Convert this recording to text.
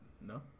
No